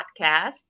Podcast